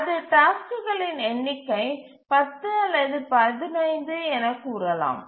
அதில் டாஸ்க்குகளின் எண்ணிக்கை 10 அல்லது 15 எனக் கூறலாம்